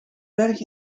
berg